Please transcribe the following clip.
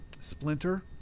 splinter